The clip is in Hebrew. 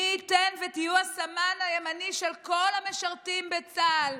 מי ייתן ותהיו הסמן הימני של כל המשרתים בצה"ל,